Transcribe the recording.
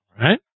right